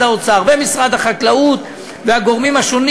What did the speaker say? האוצר ומשרד החקלאות והגורמים השונים